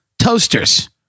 toasters